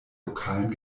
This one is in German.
lokalen